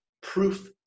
proof